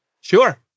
Sure